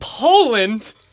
Poland